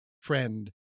friend